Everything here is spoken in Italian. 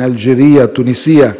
Algeria e Tunisia.